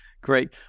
great